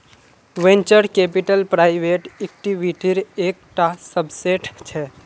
venture capital private इक्विटीर एक टा सबसेट छे